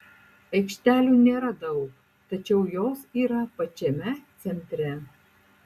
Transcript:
aikštelių nėra daug tačiau jos yra pačiame centre